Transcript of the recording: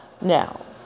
Now